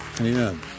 Amen